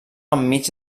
enmig